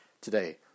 today